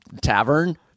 tavern